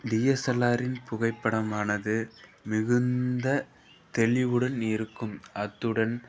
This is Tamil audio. டிஎஸ்எல்ஆரின் புகைப்படமானது மிகுந்த தெளிவுடன் இருக்கும் அத்துடன்